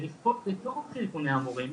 ולפעול בתוך ארגוני המורים,